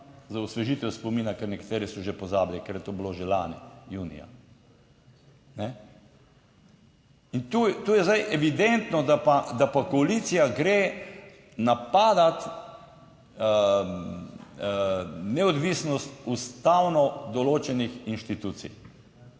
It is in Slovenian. za osvežitev spomina, ker nekateri so že pozabili, ker je to bilo že lani junija. In tu je zdaj evidentno, da pa koalicija gre napadati neodvisnost ustavno določenih inštitucij.